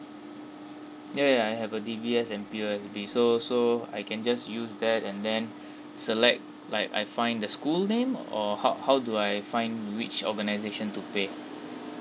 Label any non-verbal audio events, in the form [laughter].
ya ya I have a D_B_S and P_O_S_B so so I can just use that and then [breath] select like I find the school name or how how do I find which organisation to pay